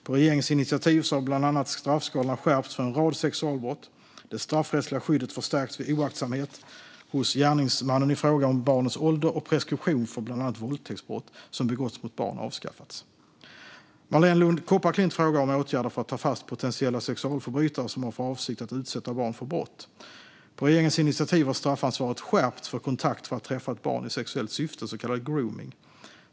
På regeringens initiativ har bland annat straffskalorna skärpts för en rad sexualbrott, det straffrättsliga skyddet förstärkts vid oaktsamhet hos gärningsmannen i fråga om barnets ålder och preskription för bland annat våldtäktsbrott som begåtts mot barn avskaffats. Marléne Lund Kopparklint frågar om åtgärder för att ta fast potentiella sexualförbrytare som har för avsikt att utsätta barn för brott. På regeringens initiativ har straffansvaret skärpts för kontakt för att träffa ett barn i sexuellt syfte, så kallad gromning.